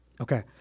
Okay